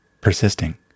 persisting